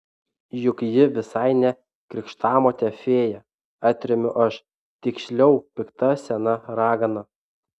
juk ji visai ne krikštamotė fėja atremiu aš tiksliau pikta sena ragana